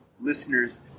listeners